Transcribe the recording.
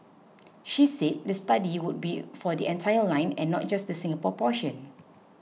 she said the study would be for the entire line and not just the Singapore portion